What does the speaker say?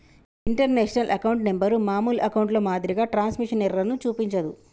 international account number మామూలు అకౌంట్లో మాదిరిగా ట్రాన్స్మిషన్ ఎర్రర్ ను చూపించదు